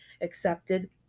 accepted